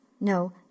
No